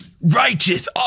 Righteous